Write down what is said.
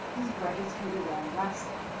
these grudges can be long lasting,